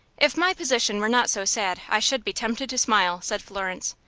if my position were not so sad, i should be tempted to smile, said florence.